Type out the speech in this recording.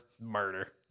Murder